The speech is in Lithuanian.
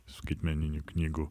skaitmeninių knygų